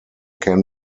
can